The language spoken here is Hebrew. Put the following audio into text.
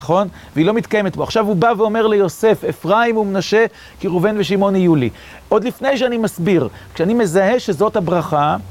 נכון? והיא לא מתקיימת בו. עכשיו הוא בא ואומר ליוסף, אפריים ומנשה, כראובן ושמעון יהיו לי. עוד לפני שאני מסביר, כשאני מזהה שזאת הברכה...